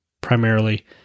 primarily